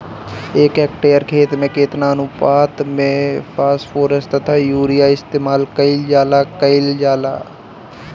एक हेक्टयर खेत में केतना अनुपात में फासफोरस तथा यूरीया इस्तेमाल कईल जाला कईल जाला?